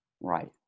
Right